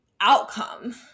outcome